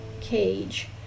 cage